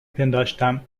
پنداشتم